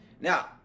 Now